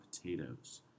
potatoes